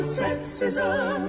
sexism